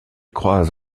croise